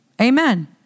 amen